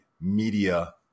media